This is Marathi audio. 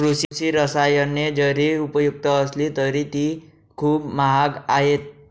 कृषी रसायने जरी उपयुक्त असली तरी ती खूप महाग आहेत